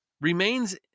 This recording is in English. remains